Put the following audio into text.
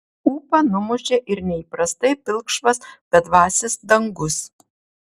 ūpą numušė ir neįprastai pilkšvas bedvasis dangus